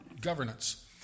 governance